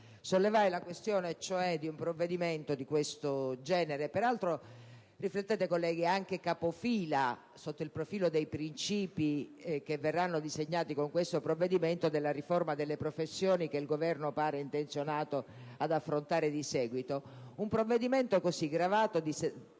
sollevai la questione di un provvedimento di questo genere (peraltro - riflettete colleghi! - anche capofila, sotto il profilo dei principi che verranno con esso disegnati, della riforma delle professioni che il Governo pare intenzionato ad affrontare di seguito). Un provvedimento così, gravato di